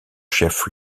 chef